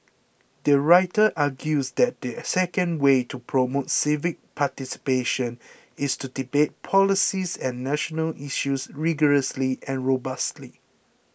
the writer argues that the second way to promote civic participation is to debate policies and national issues rigorously and robustly